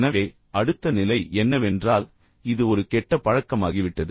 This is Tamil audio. எனவே அடுத்த நிலை என்னவென்றால் இது ஒரு கெட்ட பழக்கமாகிவிட்டது